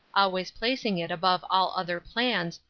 always placing it above all other plans,